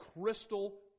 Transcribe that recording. crystal